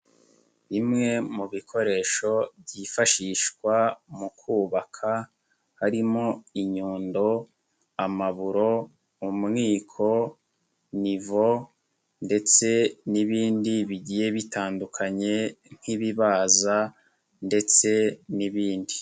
Bimwe mu bikoresho byifashishwa mu kubaka, harimo inyundo, amaburo, umwiko, nivo ndetse n'ibindi bigiye bitandukanye nk'ibibaza ndetse n'ibindi.